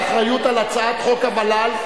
הוא לוקח את האחריות על הצעת חוק הוול"ל.